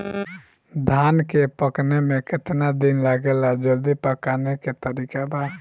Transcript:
धान के पकने में केतना दिन लागेला जल्दी पकाने के तरीका बा?